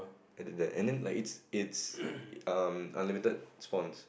I did that and then it's it's um unlimited spawns